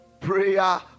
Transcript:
prayer